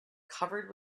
covered